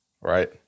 right